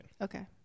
okay